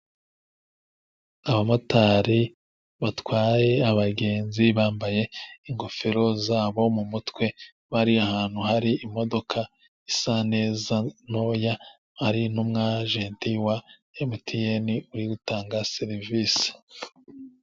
Abamotari batwaye abagenzi bambaye ingofero zabo mu mutwe, bari ahantu hari imodoka isa neza ntoya hari num' agenti wa emutiyeni uri gutanga serivisi.